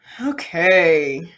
Okay